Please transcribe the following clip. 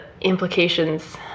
implications